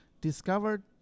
discovered